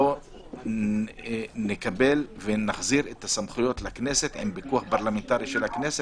בואו נקבל ונחזיר את הסמכויות לכנסת עם פיקוח פרלמנטרי של הכנסת,